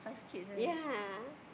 yea